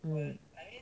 mm